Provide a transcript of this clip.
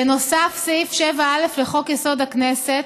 בנוסף, סעיף 7א לחוק-יסוד: הכנסת